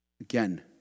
Again